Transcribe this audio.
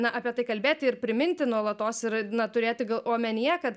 na apie tai kalbėti ir priminti nuolatos ir na turėti gal omenyje kad